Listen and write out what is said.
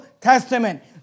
Testament